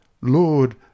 Lord